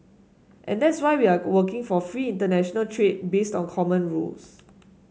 and that's why we are working for free international trade based on common rules